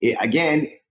again